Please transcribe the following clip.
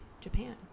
Japan